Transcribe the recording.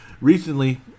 Recently